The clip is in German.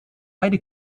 beide